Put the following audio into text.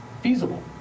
feasible